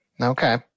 Okay